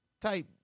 type